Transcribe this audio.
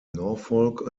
norfolk